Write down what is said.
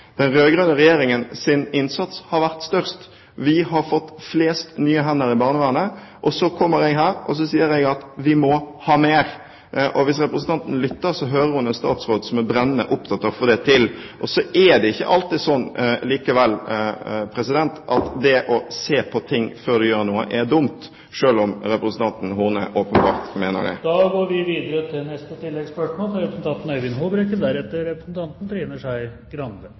Den rød-grønne regjeringens innsats har vært størst. Vi har fått flest nye hender i barnevernet, og så sier jeg at vi må ha mer. Hvis representanten lytter, hører hun en statsråd som er brennende opptatt av å få det til. Likevel er det ikke alltid slik at det å se på ting før man gjør noe, er dumt, selv om representanten Horne åpenbart mener det. Øyvind Håbrekke – til